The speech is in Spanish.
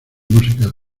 músicas